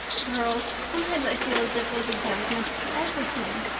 girls, sometimes i feel as if those exams meant everything,